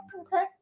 Okay